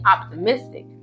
optimistic